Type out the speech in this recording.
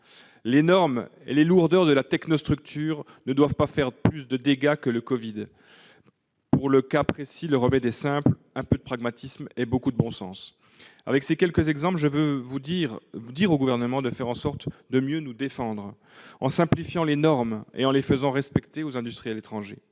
Les normes et les lourdeurs de la technostructure ne doivent pas provoquer plus de dégâts que le Covid-19. Dans ce cas précis, le remède est simple : un peu de pragmatisme et beaucoup de bon sens. Si j'évoque ces quelques exemples, c'est pour demander au Gouvernement de mieux nous défendre en simplifiant les normes et en les faisant respecter aux industriels étrangers,